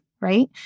right